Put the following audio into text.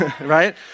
Right